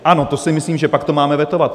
Ano, to si myslím, že pak to máme vetovat.